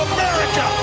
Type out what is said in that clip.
America